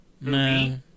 No